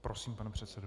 Prosím, pane předsedo.